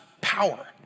power